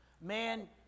Man